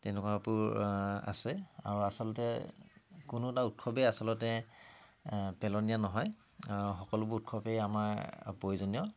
তেনেকুৱাবোৰ আছে আৰু আচলতে কোনো এটা উৎসৱেই আচলতে পেলনীয়া নহয় সকলোবোৰ উৎসৱেই আমাৰ প্ৰয়োজনীয়